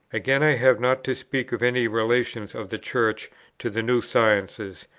again, i have not to speak of any relations of the church to the new sciences,